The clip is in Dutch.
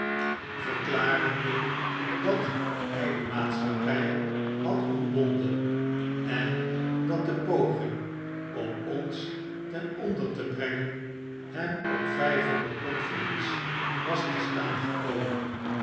verklarende dat hy de maatschappy had ontbonden en dat de poging om ons ten onder te brengen hem op vyfhonderd pond verlies was te staan gekomen